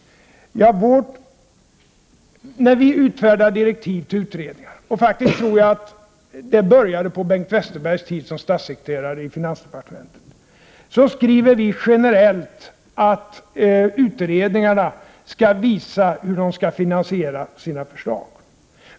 När vi utfärdar direktiv till utredningar skriver vi generellt att utredningarna skall visa hur de skall finansiera sina förslag — och jag tror faktiskt att detta påbörjades på Bengt Westerbergs tid som statssekreterare i finansdepartementet.